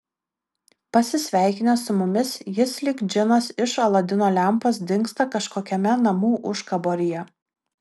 pasisveikinęs su mumis jis lyg džinas iš aladino lempos dingsta kažkokiame namų užkaboryje